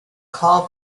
call